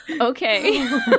Okay